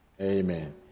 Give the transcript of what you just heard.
Amen